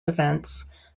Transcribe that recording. events